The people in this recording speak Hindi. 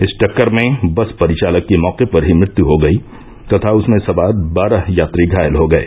इस टक्कर में बस परिचालक की मौके पर ही मृत्यु हो गयी तथा उसमें सवार बारह यात्री घायल हो गये